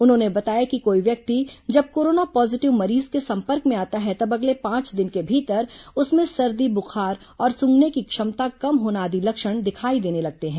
उन्होंने बताया कि कोई व्यक्ति जब कोरोना पॉजीटिव मरीज के संपर्क में आता है तब अगले पांच दिन के भीतर उसमें सर्दी बुखार और सूंघने की क्षमता कम होना आदि लक्षण दिखाई देने लगते हैं